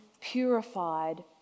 purified